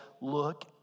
look